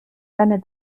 deine